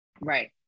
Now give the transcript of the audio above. Right